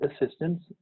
assistance